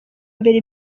imbere